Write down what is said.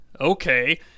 okay